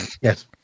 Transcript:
Yes